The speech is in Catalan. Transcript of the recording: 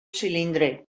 cilindre